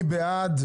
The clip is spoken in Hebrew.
מי בעד?